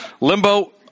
limbo